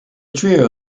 trio